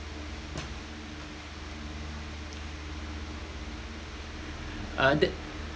uh that